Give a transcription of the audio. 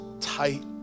tight